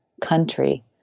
country